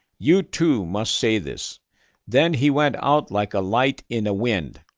you too must say this then he went out like a light in a wind,